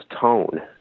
tone